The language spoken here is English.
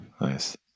Nice